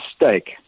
mistake